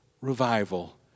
revival